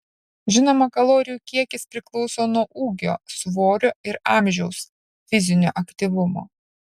žinoma kalorijų kiekis priklauso nuo ūgio svorio ir amžiaus fizinio aktyvumo